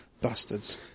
Bastards